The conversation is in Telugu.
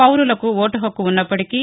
పౌరులకు ఓటు హక్కు ఉన్నప్పటికీ